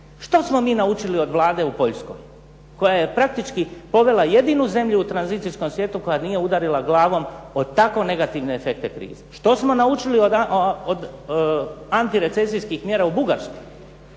Što smo mi naučili od Vlade u Poljskoj koja je praktički povela jedinu zemlju u tranzicijskom svijetu koja nije udarila glavom o tako negativne efekte krize? Što smo naučili od antirecesijskih mjera u Bugarskoj?